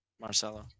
Marcelo